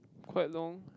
quite long